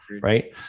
Right